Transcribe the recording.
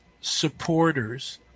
supporters